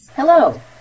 Hello